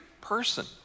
person